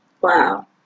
wow